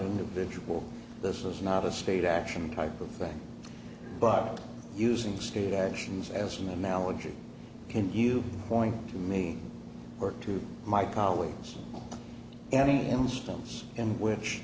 individual this is not a state action type of thing but using state actions as an analogy can you point to me or to my colleagues any instance in which